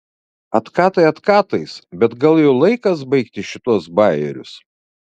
atkatai atkatais bet gal jau laikas baigti šituos bajerius